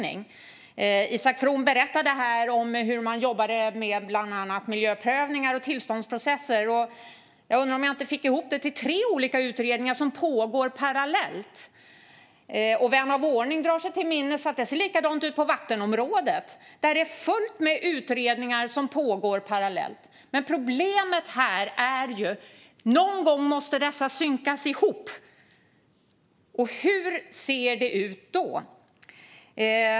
Isak From berättade här om hur man jobbar med bland annat miljöprövningar och tillståndsprocesser, och jag undrar om jag inte fick ihop det, när jag lyssnade, till tre olika utredningar som pågår parallellt. Vän av ordning drar sig till minnes att det ser likadant ut på vattenområdet där det är fullt med utredningar som pågår parallellt. Men problemet är att dessa någon gång måste synkas ihop. Hur ser det ut då?